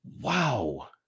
Wow